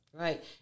Right